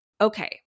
okay